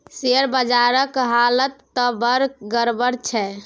share बजारक हालत त बड़ गड़बड़ छै